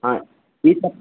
हँ ई सब